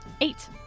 Eight